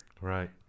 right